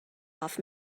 off